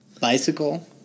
Bicycle